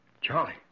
Charlie